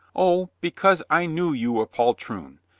o, because i knew you a poltroon.